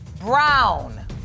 Brown